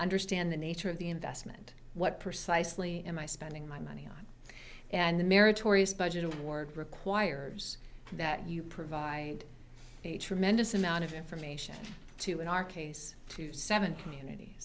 understand the nature of the investment what precisely am i spending my money on and the meritorious budget of work requires that you provide a tremendous amount of information to in our case to seven communit